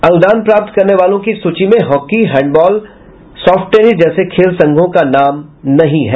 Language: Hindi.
अनुदान प्राप्त करने वालों की सूची में हॉकी हैंडबॉल सॉफ्ट टेनिस जैसे खेल संघों का नाम नहीं है